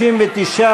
59,